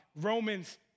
Romans